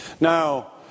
Now